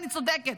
אני צודקת.